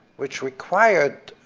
which required